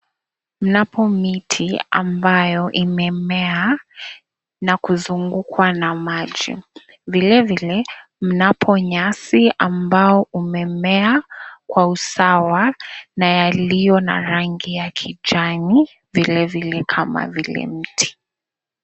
Mnapo miti ambayo imemea na kuzungukwa na maji. Vilevile, mnapo nyasi ambao umemea kwa usawa na yaliyo na rangi ya kijani vilevile kama vile mti.